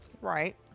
Right